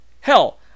Hell